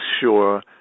sure